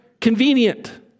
convenient